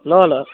ल ल